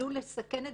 עלול לסכן את